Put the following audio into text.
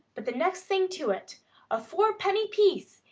but the next thing to it a four-penny piece!